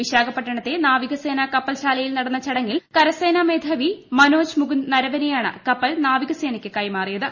വിശാഖപട്ടണത്തെ നാവികസേന കപ്പൽശാലയിൽ നടന്ന ചടങ്ങളിൽ കരസേന മേധാവി മനോജ് മുകുന്ദ് നരവനെയാണ് കപ്പൽ നാവികസേനയ്ക്ക് കൈമാറിയത്